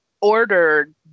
ordered